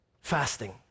fasting